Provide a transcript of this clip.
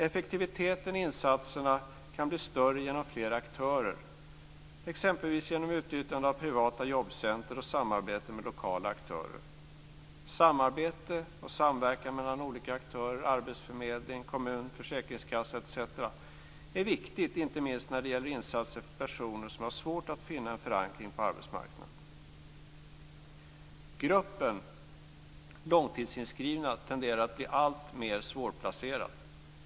Effektiviteten i insatserna kan bli större genom fler aktörer, exempelvis genom utnyttjande av privata jobbcenter och samarbete med lokala aktörer. Samarbete och samverkan mellan olika aktörer som arbetsförmedling, kommun, försäkringskassa etc. är viktigt, inte minst när det gäller insatser för personer som har svårt att finna en förankring på arbetsmarknaden. Gruppen långtidsinskrivna tenderar att bli alltmer svårplacerad.